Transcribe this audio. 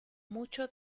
mucho